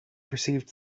perceived